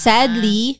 Sadly